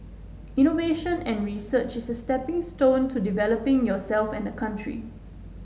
innovation and research is a stepping stone to developing yourself and the country